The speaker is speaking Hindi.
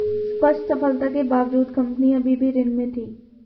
स्पष्ट सफलता के बावजूद कंपनी अभी भी ऋण में थी